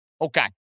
Okay